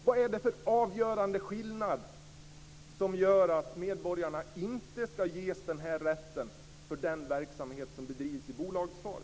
Vad är det för avgörande skillnad som gör att medborgarna inte skall ges denna rätt för den verksamhet som bedrivs i bolagsform?